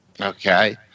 okay